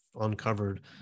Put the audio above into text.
uncovered